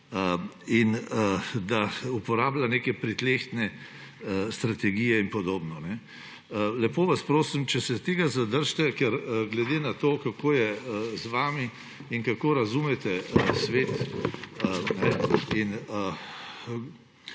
in da uporablja neke pritlehne strategije in podobno. Lepo vas prosim, če se zadržite tega, glede na to, kako je z vami in kako razumete svet in